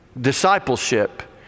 discipleship